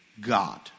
God